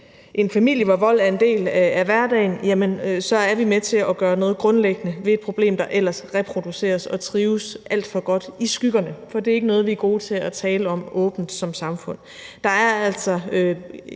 en familie, hvor vold er en del af hverdagen, så er med til at gøre noget grundlæggende ved et problem, der ellers reproduceres og trives alt for godt i skyggerne. For det er ikke noget, som vi er gode til at tale åbent om som samfund,